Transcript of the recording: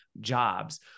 jobs